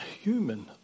human